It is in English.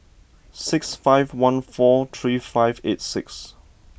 six five one four three five eights six